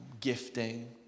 gifting